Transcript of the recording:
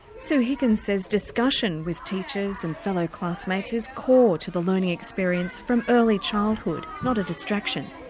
sue higgins says discussion with teachers and fellow classmates is core to the learning experience from early childhood, not a distraction.